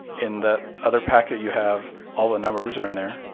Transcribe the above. in that other packet you have all the numbers are in there.